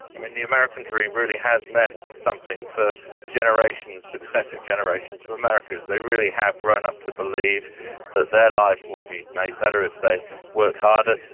um and the american dream really has meant something for successive generations of americans, they really have grown up to believe that their lives will be made better if they work harder,